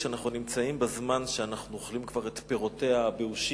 שאנחנו נמצאים בזמן שאנחנו אוכלים את פירותיה הבאושים.